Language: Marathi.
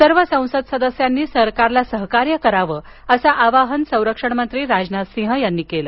सर्व संसद सदस्यांनी सरकारला सहकार्य करावं असं आवाहन संरक्षणमंत्री राजनाथ सिंह यांनी केलं